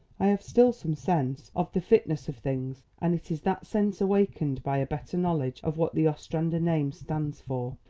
i have still some sense of the fitness of things, and it is that sense awakened by a better knowledge of what the ostrander name stands for,